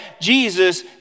Jesus